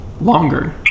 longer